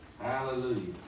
Hallelujah